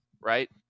right